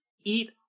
Eat